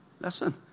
Listen